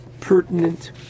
pertinent